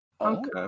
Okay